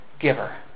giver